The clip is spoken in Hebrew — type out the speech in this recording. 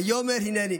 ויאמר: הינני.